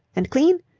and clean?